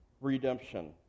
redemption